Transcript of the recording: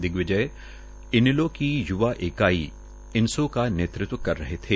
दिग्विजय इनेलो की युवा इकाई इनसो का नेतृत्व कर रहे थे